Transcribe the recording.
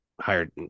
Hired